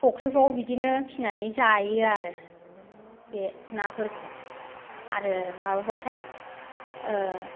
फुख्रिफ्रावबो बिदिनो फिनानै जायोआरो बे नाफोरखौ आरो माबाब्लाथाय ओ